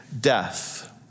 death